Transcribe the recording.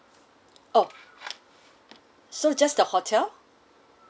oh so just the hotel